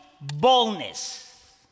boldness